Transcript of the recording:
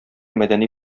мәдәни